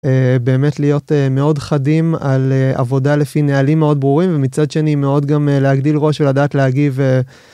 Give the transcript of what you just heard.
באמת להיות מאוד חדים על עבודה לפי נהלים מאוד ברורים ומצד שני מאוד גם להגדיל ראש ולדעת להגיב.